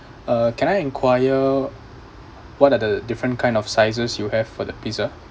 uh can I enquire what are the different kind of sizes you have for the pizza